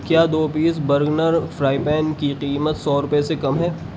کیا دو پیس برگنر فرائی پین کی قیمت سو روپے سے کم ہے